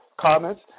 comments